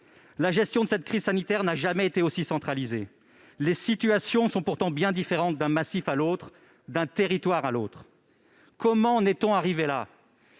la gestion de cette crise sanitaire n'a jamais été aussi centralisée. Les situations sont pourtant bien différentes d'un massif à l'autre, d'un territoire à l'autre. Comment en est-on arrivé là ?